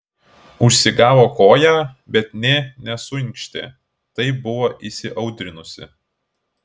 užsigavo koją bet nė nesuinkštė taip buvo įsiaudrinusi